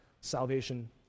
salvation